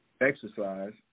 exercise